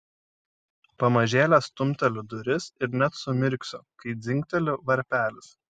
pamažėle stumteliu duris ir net sumirksiu kai dzingteli varpelis